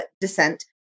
descent